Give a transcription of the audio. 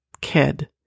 kid